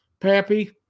Pappy